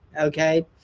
okay